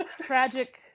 tragic